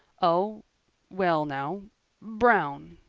oh well now brown,